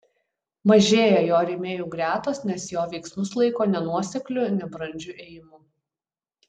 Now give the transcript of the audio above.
mažėja jo rėmėjų gretos nes jo veiksmus laiko nenuosekliu nebrandžiu ėjimu